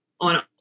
on